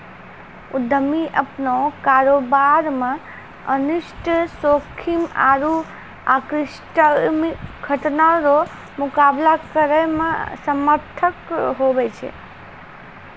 उद्यमी अपनो कारोबार मे अनिष्ट जोखिम आरु आकस्मिक घटना रो मुकाबला करै मे समर्थ हुवै छै